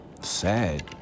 sad